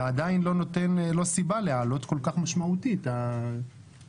זה עדיין לא נותן סיבה להעלות בצורה כל כך משמעותית את התקציב.